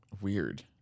Weird